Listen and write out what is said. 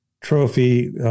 Trophy